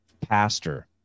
pastor